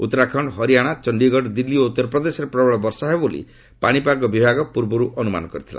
ଉତ୍ତରାଖଣ୍ଡ ହରିଆଣା ଚଣ୍ଡୀଗଡ଼ ଦିଲ୍ଲୀ ଓ ଉତ୍ତରପ୍ରଦେଶରେ ପ୍ରବଳ ବର୍ଷା ହେବ ବୋଲି ପାଣିପାଗ ବିଭାଗ ପୂର୍ବରୁ ଅନୁମାନ କରିଥିଲା